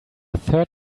third